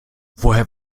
woher